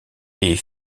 est